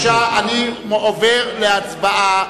אני עובר להצבעה.